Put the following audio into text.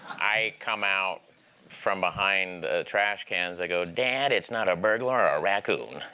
i come out from behind the trashcans. i go, dad, it's not a burglar or a raccoon.